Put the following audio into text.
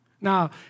Now